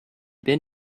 been